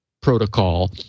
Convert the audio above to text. protocol